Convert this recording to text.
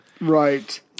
Right